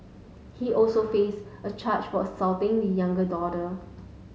he also face a charge for assaulting the younger daughter